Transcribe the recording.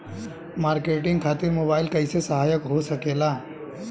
Marketing खातिर mobile कइसे सहायक हो सकेला?